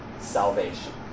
salvation